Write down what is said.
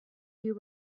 you